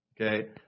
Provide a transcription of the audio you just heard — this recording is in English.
okay